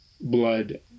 blood